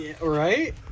Right